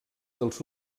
dels